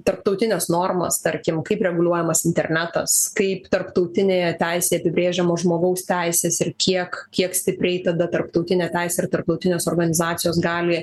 tarptautines normas tarkim kaip reguliuojamas internetas kaip tarptautinėje teisėje apibrėžiamos žmogaus teisės ir kiek kiek stipriai tada tarptautinė teisė ir tarptautinės organizacijos gali